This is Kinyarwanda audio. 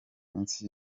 iminsi